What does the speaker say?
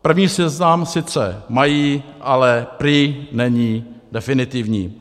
První seznam sice mají, ale prý není definitivní.